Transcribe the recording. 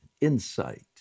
insight